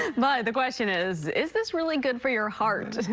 but the question is, is this really good for your heart?